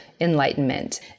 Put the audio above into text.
enlightenment